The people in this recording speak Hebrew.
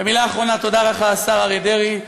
ומילה אחרונה: תודה לך, השר אריה דרעי.